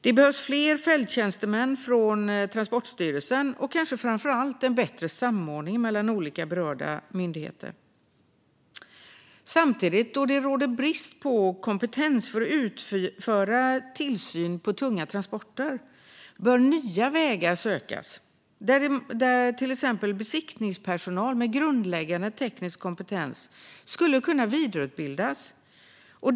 Det behövs fler fälttjänstemän från Transportstyrelsen och kanske framför allt en bättre samordning mellan olika berörda myndigheter. Då det råder brist på kompetens för att utöva tillsyn över tunga transporter bör nya vägar sökas. Till exempel skulle besiktningspersonal med grundläggande teknisk kompetens kunna vidareutbildas.